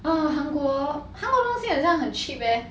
嗯韩国 how 很像很 cheap leh